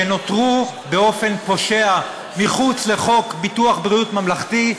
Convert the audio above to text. שנותרו באופן פושע מחוץ לחוק ביטוח בריאות ממלכתי,